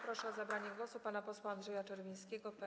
Proszę o zabranie głosu pana posła Andrzeja Czerwińskiego, PO-KO.